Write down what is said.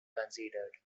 considered